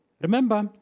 Remember